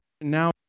now